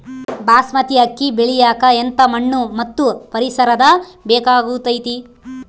ಬಾಸ್ಮತಿ ಅಕ್ಕಿ ಬೆಳಿಯಕ ಎಂಥ ಮಣ್ಣು ಮತ್ತು ಪರಿಸರದ ಬೇಕಾಗುತೈತೆ?